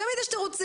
תמיד יש תירוצים.